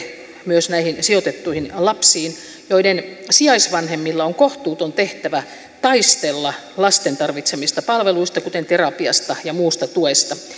myös näihin sijoitettuihin lapsiin joiden sijaisvanhemmilla on kohtuuton tehtävä taistella lasten tarvitsemista palveluista kuten terapiasta ja muusta tuesta